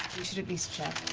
we should at least check.